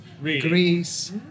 Greece